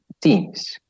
teams